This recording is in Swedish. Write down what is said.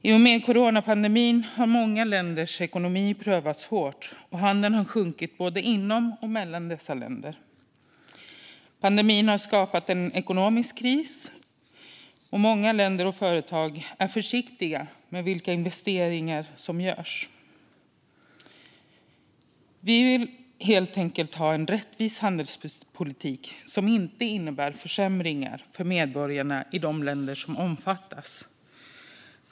I och med coronapandemin har många länders ekonomi prövats hårt, och handeln har sjunkit både inom och mellan dessa länder. Pandemin har skapat en ekonomisk kris, och många länder och företag är försiktiga med vilka investeringar som görs. Vi vill helt enkelt ha en rättvis handelspolitik som inte innebär försämringar för medborgarna i de länder som omfattas.